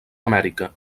amèrica